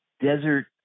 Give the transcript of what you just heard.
desert